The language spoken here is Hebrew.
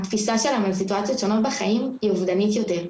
התפיסה שלנו לסיטואציות שונות בחיים היא אובדנית יותר,